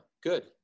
good